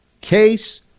Case